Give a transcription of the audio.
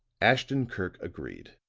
ashton-kirk agreed.